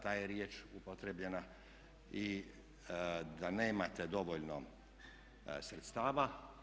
Ta je riječ upotrijebljena i da nemate dovoljno sredstava.